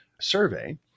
survey